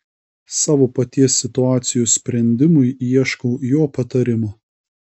savo paties situacijos sprendimui ieškau jo patarimo